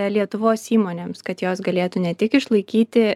lietuvos įmonėms kad jos galėtų ne tik išlaikyti